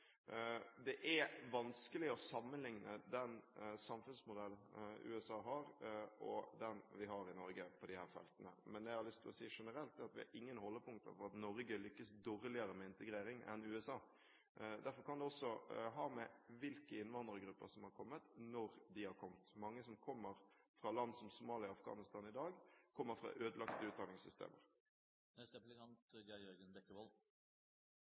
Det er vanskelig å sammenlikne den samfunnsmodellen USA har, og den vi har i Norge på disse feltene. Men det jeg har lyst til å si generelt, er at vi har ingen holdepunkter for at Norge lykkes dårligere med integrering enn USA. Derfor kan det også ha å gjøre med hvilke innvandrergrupper som har kommet, og når de har kommet. Mange som kommer fra land som Somalia og Afghanistan i dag, kommer fra ødelagte utdanningssystemer.